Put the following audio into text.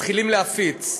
ומתחילים להפיץ.